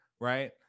Right